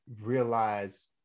realize